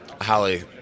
Holly